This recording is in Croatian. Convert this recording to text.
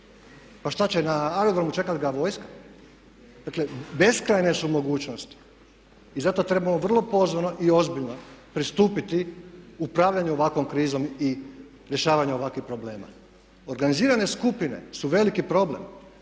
Pa šta će na aerodromu čekat ga vojska. Dakle, beskrajne su mogućnosti i zato trebamo vrlo pozorno i ozbiljno pristupiti upravljanju ovakvom krizom i rješavanja ovakvih problema. Organizirane skupine su veliki problem